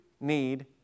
need